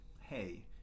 hey